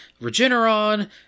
Regeneron